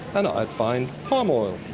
and i'd find palm oil.